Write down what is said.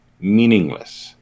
Meaningless